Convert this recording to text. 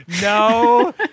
No